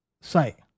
site